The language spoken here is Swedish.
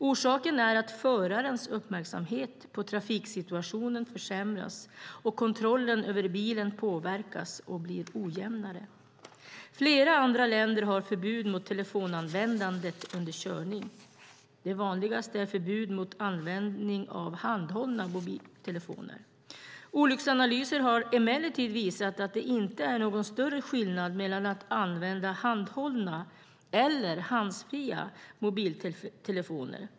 Orsaken är att förarens uppmärksamhet på trafiksituationen försämras och att kontrollen över bilen påverkas och blir ojämnare. Flera andra länder har förbud mot telefonanvändandet under körning. Det vanligaste är förbud mot användning av handhållna mobiltelefoner. Olycksanalyser har emellertid visat att det inte är någon större skillnad mellan att använda handhållna eller handsfria mobiltelefoner.